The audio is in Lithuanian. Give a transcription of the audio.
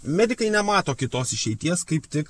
medikai nemato kitos išeities kaip tik